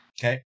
okay